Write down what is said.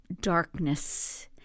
darkness